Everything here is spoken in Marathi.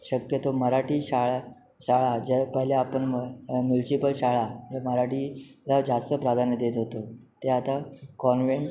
शक्यतो मराठी शाळा शाळा ज्या पहले आपण म म्युन्सिपल शाळा तर मराठीला जास्त प्राधान्य देत होतो ते आता कॉन्वेन्ट